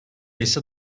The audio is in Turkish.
ise